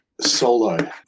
solo